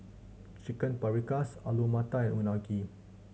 Chicken Paprikas Alu Matar and Unagi